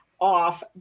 off